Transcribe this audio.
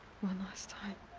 one last time.